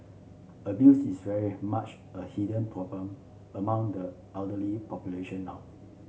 abuse is very much a hidden problem among the elderly population now